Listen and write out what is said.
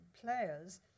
players